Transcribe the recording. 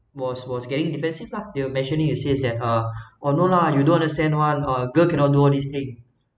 was was getting defensive lah they will mentioning and says that all uh oh no lah you don't understand [one] uh girl cannot do all this thing